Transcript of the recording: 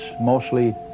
mostly